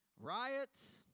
riots